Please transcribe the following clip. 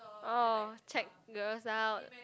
oh check girls out